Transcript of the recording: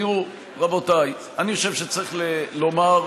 תראו, רבותיי, אני חושב שצריך לומר,